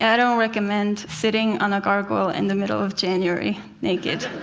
yeah don't recommend sitting on a gargoyle in the middle of january, naked.